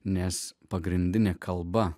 nes pagrindinė kalba